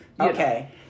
Okay